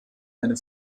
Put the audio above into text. eine